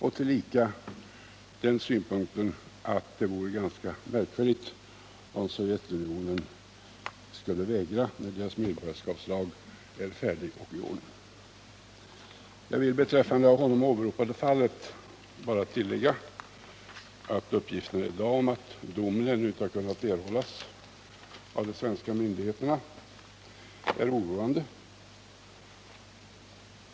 Jag vill tillika uttala den synpunkten att det vore ganska märkligt om Sovjetunionen skulle vägra detta, när dess medborgarskapslag på området är färdig. Jag vill beträffande det av Olle Wästberg åberopade fallet bara tillägga att uppgifter i dag om att domen ännu inte kunnat erhållas av de svenska myndigheterna är oroande.